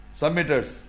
Submitters